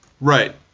right